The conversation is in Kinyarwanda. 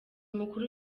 mukuru